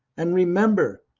and remember,